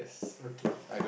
okay